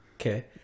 Okay